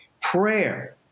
prayer